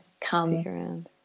come